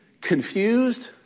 confused